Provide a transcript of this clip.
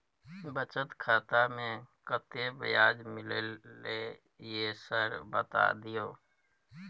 बचत खाता में कत्ते ब्याज मिलले ये सर बता दियो?